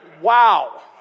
Wow